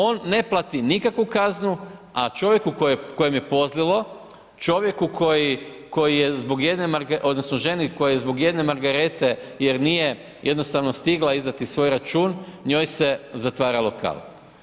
On ne plati nikakvu kaznu a čovjeku kojem je pozlilo, čovjeku koji je zbog jedne, odnosno ženi kojoj je zbog jedna margarete, jer nije jednostavno stigla izdati svoj račun, njoj se zatvara lokal.